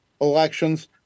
elections